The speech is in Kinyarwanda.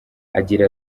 agira